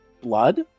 blood